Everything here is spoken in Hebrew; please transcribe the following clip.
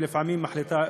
ולפעמים היא מחליטה,